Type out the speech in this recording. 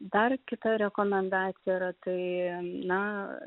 dar kita rekomendacija yra tai na